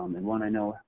and one i know,